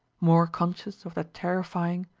more conscious of that terrifying,